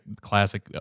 classic